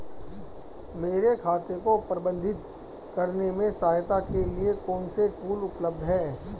मेरे खाते को प्रबंधित करने में सहायता के लिए कौन से टूल उपलब्ध हैं?